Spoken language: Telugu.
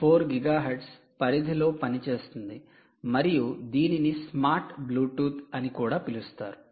4 గిగాహెర్ట్జ్ పరిధిలో పనిచేస్తుంది మరియు దీనిని స్మార్ట్ బ్లూటూత్ అని కూడా పిలుస్తారు